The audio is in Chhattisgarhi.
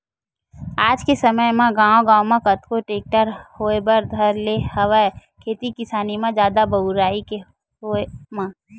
आज के समे म गांव गांव म कतको टेक्टर होय बर धर ले हवय खेती किसानी म जादा बउरई के होय म